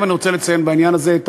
ואני רוצה לציין בעניין הזה את